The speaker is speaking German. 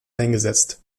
eingesetzt